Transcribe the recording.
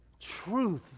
Truth